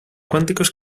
cuánticos